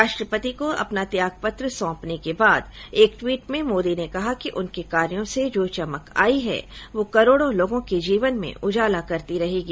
राष्ट्रपति को अपना त्यागपत्र सौंपने के बाद एक ट्वीट में मोदी ने कहा कि उनके कार्यों से जो चमक आई है वो करोड़ों लोगों के जीवन में उजाला करती रहेगी